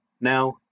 Now